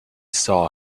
saw